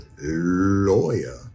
lawyer